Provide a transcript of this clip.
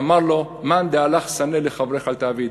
ואמר לו: מאן דסני עלך לחברך לא תעביד,